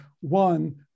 one